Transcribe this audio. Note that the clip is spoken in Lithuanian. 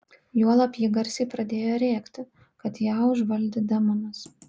juolab ji garsiai pradėjo rėkti kad ją užvaldė demonas